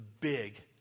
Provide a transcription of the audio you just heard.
big